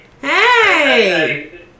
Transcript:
Hey